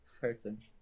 person